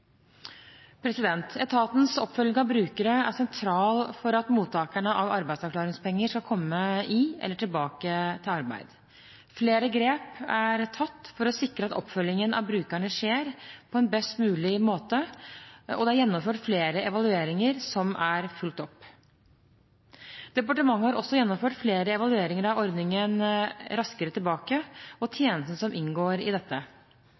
Etatens oppfølging av brukere er sentral for at mottakerne av arbeidsavklaringspenger skal komme i eller tilbake til arbeid. Flere grep er tatt for å sikre at oppfølgingen av brukerne skjer på en best mulig måte, og det er gjennomført flere evalueringer som er fulgt opp. Departementet har også gjennomført flere evalueringer av ordningen Raskere tilbake og tjenesten som inngår i dette.